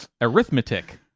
Arithmetic